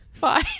Bye